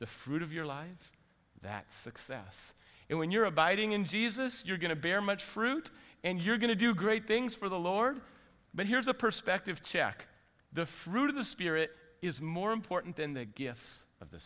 the fruit of your life that success and when you're abiding in jesus you're going to bear much fruit and you're going to do great things for the lord but here's a perspective check the fruit of the spirit is more important than the gifts of the